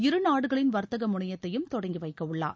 இருநாடுகளின் வர்த்தக முனையத்தையும் தொடங்கி வைக்கவுள்ளார்